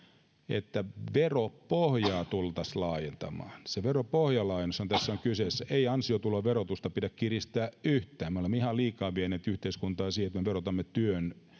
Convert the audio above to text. että veropohjaa tultaisiin laajentamaan se veropohjan laajennushan tässä on kyseessä ei ansiotuloverotusta pidä kiristää yhtään me olemme ihan liikaa vieneet yhteiskuntaa siihen että me verotamme työn